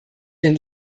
den